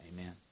amen